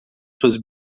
suas